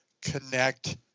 connect